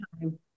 time